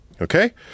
Okay